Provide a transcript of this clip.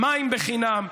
מים חינם,